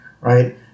right